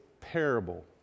parable